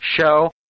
show